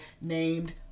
named